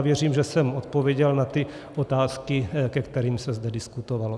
Věřím, že jsem odpověděl na ty otázky, ke kterým se zde diskutovalo.